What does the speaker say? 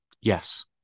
Yes